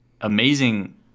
Amazing